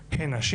הן נשים